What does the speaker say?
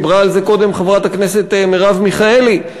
דיברה על זה קודם חברת הכנסת מרב מיכאלי,